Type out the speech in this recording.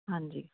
ਹਾਂਜੀ